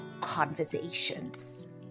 conversations